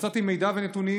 מצאתי מידע ונתונים